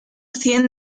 cien